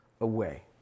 away